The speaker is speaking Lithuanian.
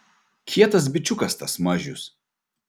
kietas bičiukas tas mažius